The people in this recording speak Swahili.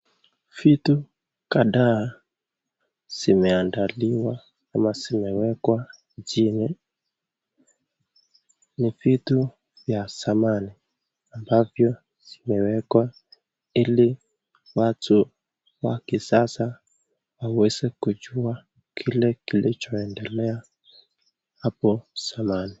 Vitu kadhaa zimeandaliwa ama zimewekwa chini. Ni vitu vya thamani ambavyo vimewekwa ili watu wa kisasa waweze kujua kile kilichoendelea hapo zamani.